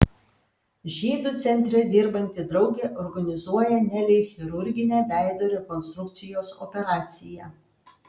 žydų centre dirbanti draugė organizuoja nelei chirurginę veido rekonstrukcijos operaciją